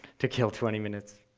to kill twenty minutes.